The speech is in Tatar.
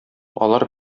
алар